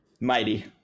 Mighty